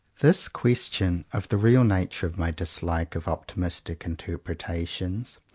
this question, of the real nature of my dislike of optimistic interpretations,